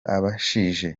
abashije